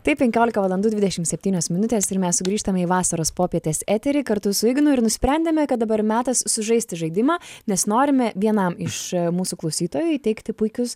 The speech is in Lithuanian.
taip penkiolika valandų dvdešim septynios minutės ir mes sugrįžtame į vasaros popietės eterį kartu su ignu ir nusprendėme kad dabar metas sužaisti žaidimą nes norime vienam iš mūsų klausytojų įteikti puikius